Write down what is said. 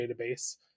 database